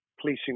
policing